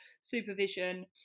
supervision